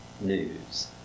news